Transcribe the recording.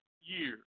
years